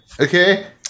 Okay